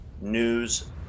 news